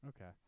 Okay